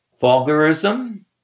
vulgarism